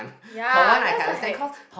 ya I'm just like